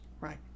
Right